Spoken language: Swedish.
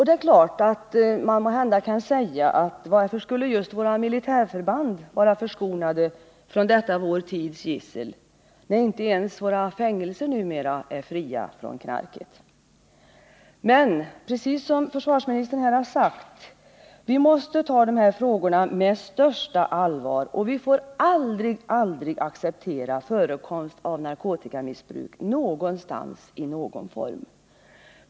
Det är klart att man måhända kan fråga varför just våra militärförband skulle vara förskonade från detta vår tids gissel, när inte ens våra fängelser numera är fria från ”knark”. Men som försvarsministern sagt måste vi ta dessa frågor med största allvar. Vi får aldrig acceptera förekomst av narkotikamissbruk någonstans eller i någon form.